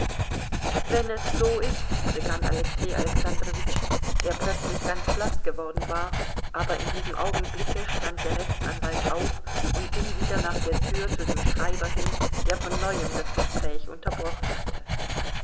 wenn es so ist begann alexei alexandrowitsch der plötzlich ganz blaß geworden war aber in diesem augenblicke stand der rechtsanwalt auf und ging wieder nach der tür zu dem schreiber hin der von neuem das gespräch unterbrochen hatte